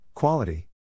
Quality